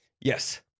Yes